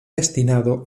destinado